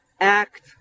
act